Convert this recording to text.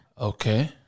Okay